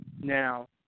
Now